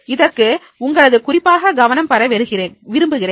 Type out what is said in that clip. இதற்கு உங்களது குறிப்பாக கவனம் பெற விரும்புகிறேன்